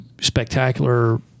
spectacular